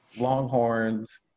Longhorns